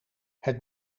het